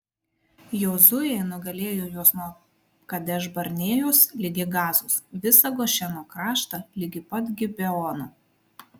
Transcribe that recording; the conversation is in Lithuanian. jozuė nugalėjo juos nuo kadeš barnėjos ligi gazos visą gošeno kraštą ligi pat gibeono